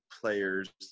players